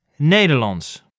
Nederlands